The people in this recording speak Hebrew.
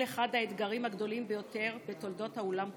אחד האתגרים הגדולים ביותר בתולדות העולם כולו.